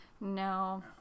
No